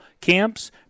camps